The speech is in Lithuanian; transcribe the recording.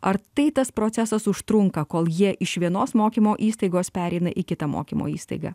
ar tai tas procesas užtrunka kol jie iš vienos mokymo įstaigos pereina į kitą mokymo įstaigą